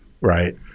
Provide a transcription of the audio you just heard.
right